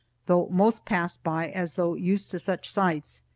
though most passed by as though used to such sights.